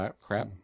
crap